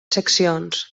seccions